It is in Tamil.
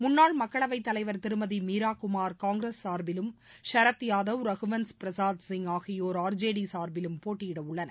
முன்னாள் மக்களவை தலைவர் திருமதி மீரா குமார் காங்கிரஸ் சார்பிலும் சரத் யாதவ் ரகுவன்ஸ் பிரசாத் சிங் ஆகியோர் ஆர்ஜேடி சார்பிலும் போட்டியிட உள்ளனர்